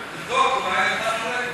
תבדוק, אולי הוא נתן לו לגו.